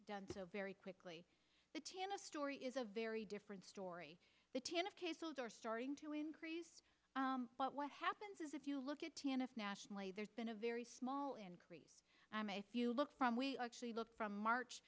done so very quick the channel story is a very different story the t n f cases are starting to increase but what happens is if you look at t n f nationally there's been a very small increase if you look from we actually look from march